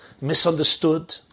misunderstood